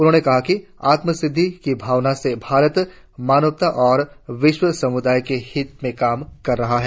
उन्होंने कहा कि आत्म सिद्धि की भावना से ही भारत मानवता और विश्व सम्दाय के हित में काम कर रहा है